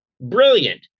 Brilliant